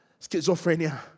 schizophrenia